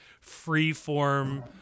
free-form